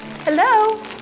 Hello